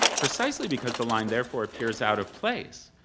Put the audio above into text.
precisely because the line therefore appears out of place,